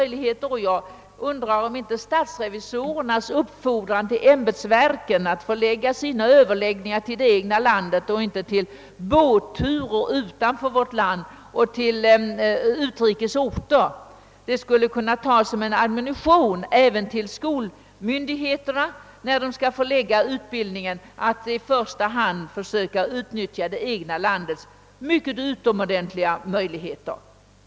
Jag undrar om inte statsrevisorernas uppfordran till ämbetsverken att förlägga sina Ööverläggningar till det egna landet och inte till båtturer utanför vårt land eller till utrikes orter skulle kunna tas som en admonition även till skolmyndigheterna att i första hand försöka utnyttja det egna landets naturliga möjligheter.